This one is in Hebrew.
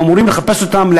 הם אמורים לחפש אותם,